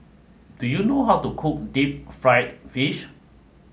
do you know how to cook deep fried fish